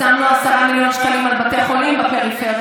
שמנו 10 מיליון שקלים על בתי החולים בפריפריה,